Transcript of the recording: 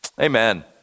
Amen